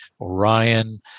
Orion